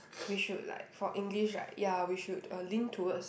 we should like for English right ya we should uh lean towards